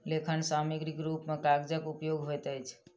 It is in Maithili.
लेखन सामग्रीक रूप मे कागजक उपयोग होइत अछि